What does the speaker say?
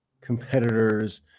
competitors